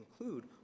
include